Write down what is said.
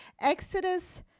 Exodus